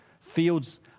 Fields